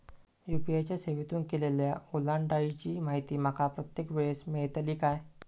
UPI च्या सेवेतून केलेल्या ओलांडाळीची माहिती माका प्रत्येक वेळेस मेलतळी काय?